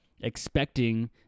expecting